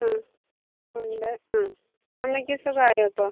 ആ ഉണ്ട് ആ അമ്മയ്ക്ക് സുഖം ആയോ ഇപ്പോൾ